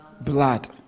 Blood